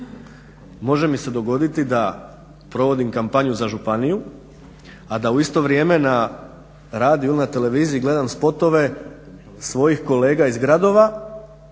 Može mi se dogoditi da provodim kampanju za županiju, a da u isto vrijeme na radiju ili na televiziji gledam spotove svojih kolega iz gradova